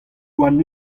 warn